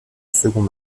second